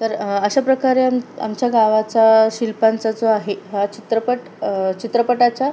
तर अशा प्रकारे आम आमच्या गावाचा शिल्पांचा जो आहे हा चित्रपट चित्रपटाचा